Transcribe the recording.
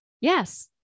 Yes